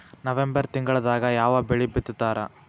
November ತಿಂಗಳದಾಗ ಯಾವ ಬೆಳಿ ಬಿತ್ತತಾರ?